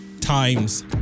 times